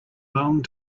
long